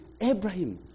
Abraham